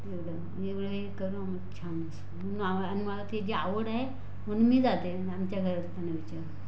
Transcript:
एवढं वेगळं करून आम्ही छान असतो म्हणून आणि मला त्याची आवड आहे म्हणून मी जाते आमच्या घरातल्यांना विचारून